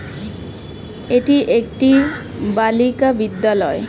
এটি একটি বালিকা বিদ্যালয়